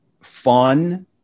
fun